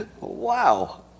Wow